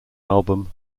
album